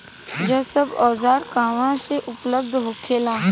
यह सब औजार कहवा से उपलब्ध होखेला?